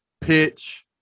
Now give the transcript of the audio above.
pitch